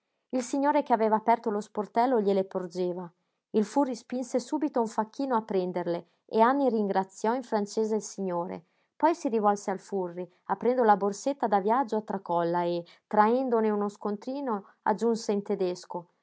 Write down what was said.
il signore che aveva aperto lo sportello gliele porgeva il furri spinse subito un facchino a prenderle e anny ringraziò in francese il signore poi si rivolse al furri aprendo la borsetta da viaggio a tracolla e traendone uno scontrino aggiunse in tedesco